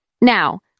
Now